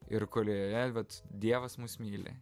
ir kurioje vat dievas mus myli